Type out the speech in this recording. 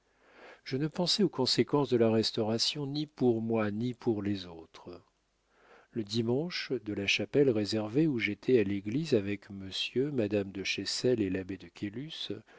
je ne pensais aux conséquences de la restauration ni pour moi ni pour les autres le dimanche de la chapelle réservée où j'étais à l'église avec monsieur madame de chessel et l'abbé de quélus